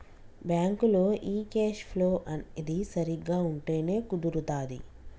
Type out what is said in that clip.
బ్యాంకులో ఈ cash flow అనేది సరిగ్గా ఉంటేనే కుదురుతాది